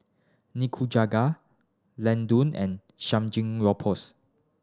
Nikujaga Ladoo and Samgeyopsal